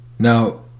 Now